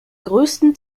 größten